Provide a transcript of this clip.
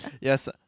Yes